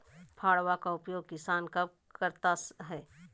फावड़ा का उपयोग किसान कब करता है?